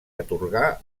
atorgà